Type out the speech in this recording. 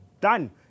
done